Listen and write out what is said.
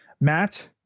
Matt